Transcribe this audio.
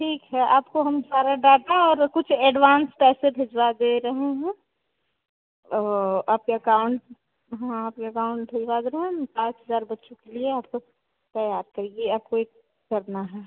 ठीक है आपको हम सारा डाटा और कुछ एडवान्स पैसे भिजवा दे रहे हैं आपके एकाउण्ट हाँ आपके एकाउण्ट में भिजवा दे रहे हैं हम आठ हज़ार बच्चों के लिए आप तैयार करिए आपको यह करना है